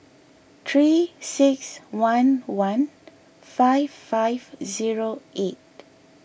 three six one one five five zero eight